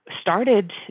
started